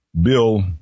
Bill